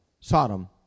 Sodom